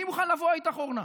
אני מוכן לבוא איתך, אורנה.